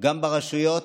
גם ברשויות,